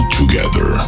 together